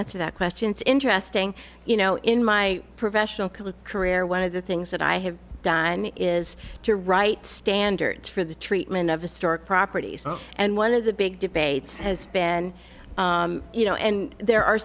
answer that question it's interesting you know in my professional career career one of the things that i have done is to write standards for the treatment of historic properties and one of the big debates has been you know and there are